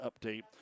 update